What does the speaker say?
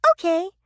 Okay